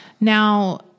Now